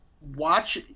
watch